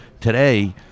Today